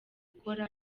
gukora